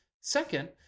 Second